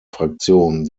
fraktion